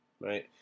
right